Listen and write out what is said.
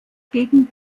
gegen